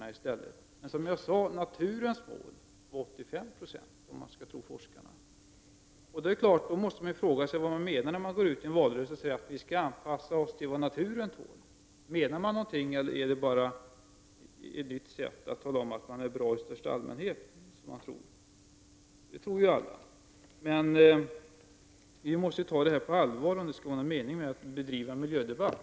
Naturens mål är en minskning på 85 76, om man skall tro forskarna. Man kan då naturligtvis fråga sig vad som menas när det i en valrörelse sägs att vi skall anpassa oss till vad naturen tål. Menar man någonting med detta eller är det bara ett sätt att tala om att man är bra i största allmänhet? Vi måste ta denna fråga på allvar, om det skall vara någon mening med att föra en miljödebatt.